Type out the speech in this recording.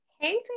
Hey